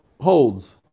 holds